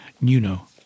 Nuno